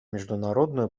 международную